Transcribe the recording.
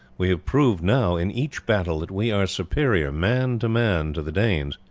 we have proved now in each battle that we are superior man to man to the danes,